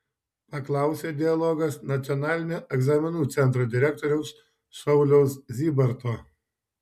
paklausė dialogas nacionalinio egzaminų centro direktoriaus sauliaus zybarto